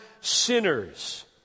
sinners